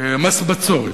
מס בצורת.